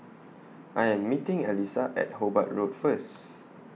I Am meeting Elyssa At Hobart Road First